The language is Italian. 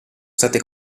state